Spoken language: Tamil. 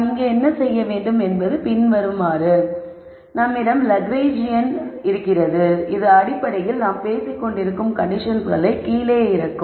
நாம் இங்கே என்ன செய்ய வேண்டும் என்பது பின்வருமாறு நம்மிடம் லக்ராஜியன் இருக்கிறது இது அடிப்படையில் நாம் பேசிக்கொண்டிருக்கும் கண்டிஷன்ஸ்களை கீழே இறக்கும்